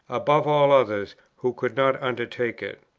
above all others, who could not undertake it.